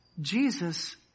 Jesus